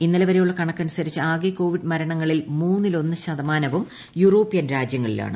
ഇന്നലെ വരെയുള്ള കണക്കനുസരിച്ച് ആകെ കോവിഡ് മരണങ്ങളിൽ മൂന്നില്ലൊന്നു ശതമാനവും യൂറോപ്യൻ രാജ്യങ്ങളിലാണ്